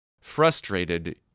frustrated